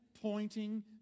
pointing